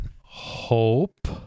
hope